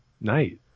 night